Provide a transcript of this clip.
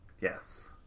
Yes